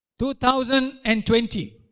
2020